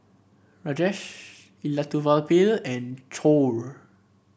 Rajesh Elattuvalapil and Choor